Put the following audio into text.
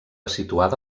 situada